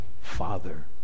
father